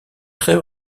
très